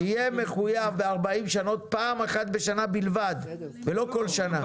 יהיה מחוייב ב-40 שעות פעם אחת בשנה בלבד ולא כל שנה.